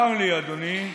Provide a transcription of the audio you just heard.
צר לי, אדוני,